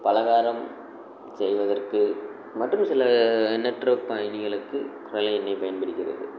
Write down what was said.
பலகாரம் செய்வதற்கு மட்டும் சில எண்ணற்ற பயன்களுக்கு கடலை எண்ணெய் பயன்படுகிறது